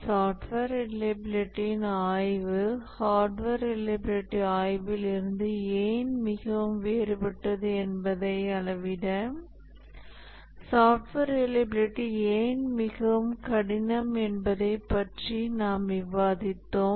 software ரிலையபிலிட்டியின் ஆய்வு hardware reliability ஆய்வில் இருந்து ஏன் மிகவும் வேறுபட்டது என்பதை அளவிட சாஃப்ட்வேர் ரிலையபிலிட்டி ஏன் மிகவும் கடினம் என்பதைப் பற்றி நாம் விவாதித்தோம்